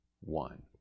one